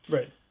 Right